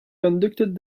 conducted